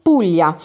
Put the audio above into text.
Puglia